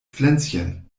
pflänzchen